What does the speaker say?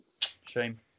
Shame